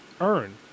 earn